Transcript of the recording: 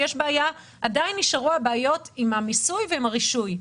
שעדיין נשארו בעיות עם המיסוי ועם הרישוי.